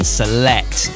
select